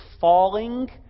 falling